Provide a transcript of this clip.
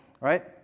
right